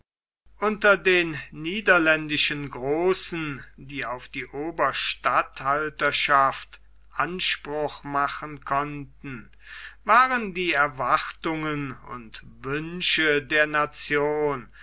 unter den niederländischen großen die auf die oberstatthalterschaft anspruch machen konnten waren die erwartungen und wünsche der nation